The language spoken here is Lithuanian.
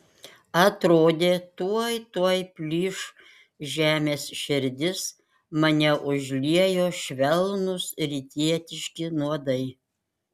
atrodė tuoj tuoj plyš žemės širdis mane užliejo švelnūs rytietiški nuodai